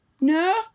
No